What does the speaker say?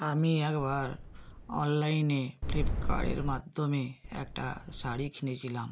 আমি একবার অনলাইনে ফ্লিপকার্টের মাধ্যমে একটা শাড়ি কিনেছিলাম